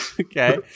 Okay